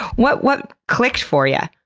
what what clicked for you?